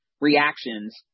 reactions